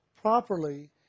properly